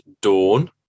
Dawn